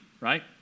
right